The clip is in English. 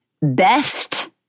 best